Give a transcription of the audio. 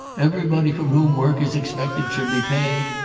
everybody from whom work is expected should be paid.